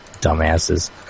Dumbasses